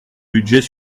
budget